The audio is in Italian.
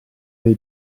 dei